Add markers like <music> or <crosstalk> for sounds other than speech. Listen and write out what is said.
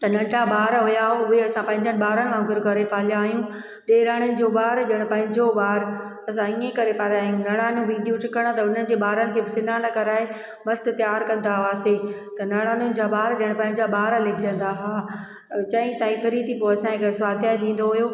त नंढा ॿार हुआ उहे असां पंहिंजा ॿारनि वांगुरु करे पालिया आहियूं डेराणियुनि जो ॿार ॼण पंहिंजो ॿार असां इअं करे पलिया आहियूं निराण बि ईंदियूं टिकण त हुनजे ॿारनि खे बि सनानु कराए मस्तु तयार कंदा हुआसीं त निराणनि जा ॿार ॼण पंहिंजा ॿार लेखजंदा हुआ चई <unintelligible> पोइ असांजे घर स्वाध्याय थींदो हुओ